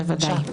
בוודאי.